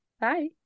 Bye